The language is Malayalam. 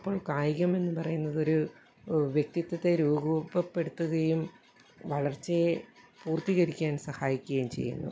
അപ്പോൾ കായികമെന്ന് പറയുന്നതൊരു വ്യക്തിത്വത്തെ രൂപപ്പെടുത്തുകയും വളർച്ചയെ പൂർത്തീകരിക്കാൻ സഹായിക്കുകയും ചെയ്യുന്നു